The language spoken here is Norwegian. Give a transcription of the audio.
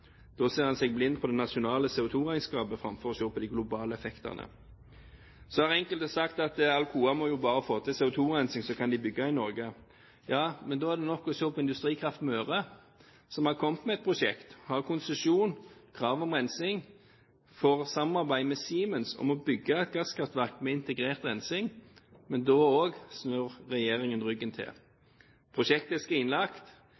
Da ser en seg blind på det nasjonale CO2-regnskapet framfor å se på de globale effektene. Så har enkelte sagt at Alcoa bare må få til CO2-rensing, så kan de bygge i Norge. Ja, men da er det nok å se på Industrikraft Møre, som har kommet med et prosjekt, har konsesjon, krav om rensing, får samarbeid med Siemens om å bygge et gasskraftverk med integrert rensing. Men da også snur regjeringen ryggen